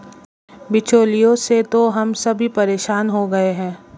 बिचौलियों से तो हम सभी परेशान हो गए हैं